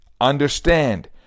Understand